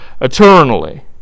eternally